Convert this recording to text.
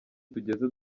tugeze